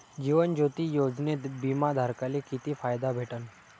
जीवन ज्योती योजनेत बिमा धारकाले किती फायदा भेटन?